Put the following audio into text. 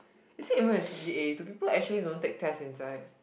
is it even a C_C_A do people actually don't take test inside